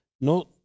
no